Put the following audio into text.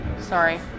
Sorry